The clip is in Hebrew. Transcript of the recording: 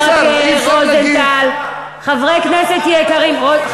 ברכה, רוזנטל, חברי הכנסת היקרים.